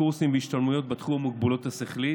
קורסים והשתלמויות בתחום המוגבלות השכלית